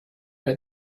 that